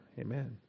Amen